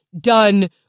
done